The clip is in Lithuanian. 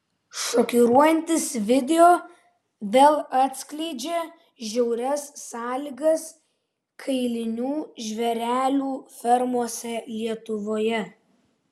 šokiruojantis video vėl atskleidžia žiaurias sąlygas kailinių žvėrelių fermose lietuvoje